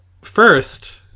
first